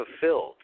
fulfilled